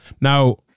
Now